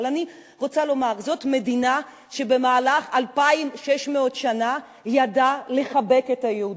אבל אני רוצה לומר: זו מדינה שבמהלך 2,600 שנה ידעה לחבק את היהודים.